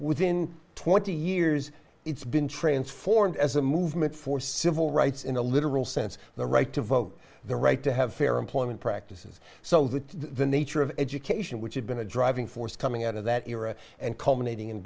within twenty years it's been transformed as a movement for civil rights in a literal sense the right to vote the right to have fair employment practices so that the nature of education which had been a driving force coming out of that era and